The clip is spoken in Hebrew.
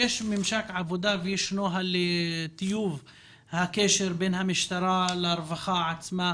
שיש ממשק עבודה ויש נוהל טיוב הקשר בין המשטרה לרווחה עצמה.